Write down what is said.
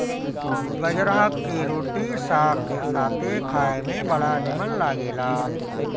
बजरा के रोटी साग के साथे खाए में बड़ा निमन लागेला